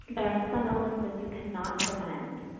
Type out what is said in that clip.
there are some illnesses you can not prevent.